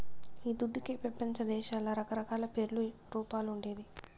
ఈ దుడ్డుకే పెపంచదేశాల్ల రకరకాల పేర్లు, రూపాలు ఉండేది